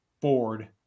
board